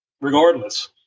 regardless